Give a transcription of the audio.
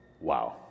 wow